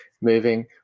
moving